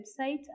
website